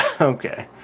Okay